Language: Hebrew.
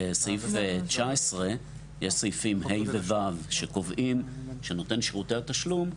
בסעיף 19 יש סעיפים ה' ו-ו' שקובעים שנותן שירותי התשלום,